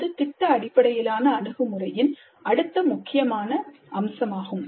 இது திட்ட அடிப்படையிலான அணுகுமுறையின் அடுத்த முக்கியமான அம்சமாகும்